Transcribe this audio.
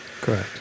Correct